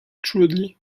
crudely